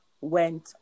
went